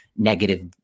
negative